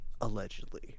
allegedly